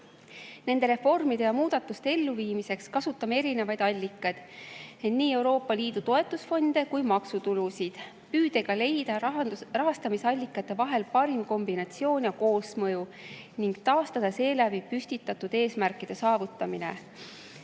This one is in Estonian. Nende reformide ja muudatuste elluviimiseks kasutame erinevaid allikaid, nii Euroopa Liidu toetusfonde kui ka maksutulusid, püüdega leida rahastamisallikate vahel parim kombinatsioon ja koosmõju ning seeläbi taastada püstitatud eesmärkide saavutamine. Väga